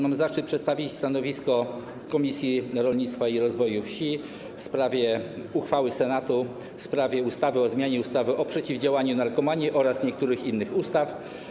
Mam zaszczyt przedstawić stanowisko Komisji Rolnictwa i Rozwoju Wsi wobec uchwały Senatu w sprawie ustawy o zmianie ustawy o przeciwdziałaniu narkomanii oraz niektórych innych ustaw.